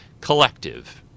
Collective